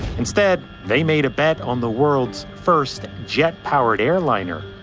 instead they made a bet on the world's first jet-powered airliner.